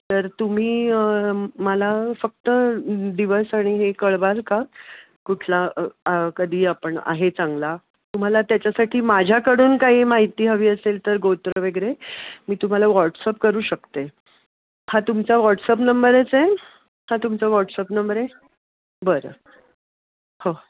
तर तुम्ही मला फक्त दिवस आणि हे कळवाल का कुठला कधी आपण आहे चांगला तुम्हाला त्याच्यासाठी माझ्याकडून काही माहिती हवी असेल तर गोत्र वगैरे मी तुम्हाला व्हॉट्सअप करू शकते हा तुमचा व्हॉटसअप नंबरच आहे हा तुमचा व्हॉट्सअप नंबर आहे बरं हो